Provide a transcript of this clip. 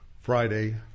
Friday